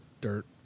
dirt